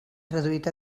traduït